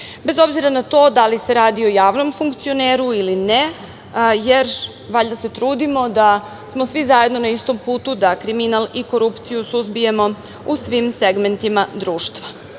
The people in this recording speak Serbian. obzira na to da li se radi o javnom funkcioneru ili ne, jer valjda se trudimo da smo svi zajedno na istom putu, da kriminal i korupciju suzbijemo u svim segmentima društva